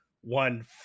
one